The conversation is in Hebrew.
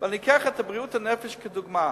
ואני לוקח את בריאות הנפש כדוגמה.